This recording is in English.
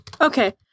Okay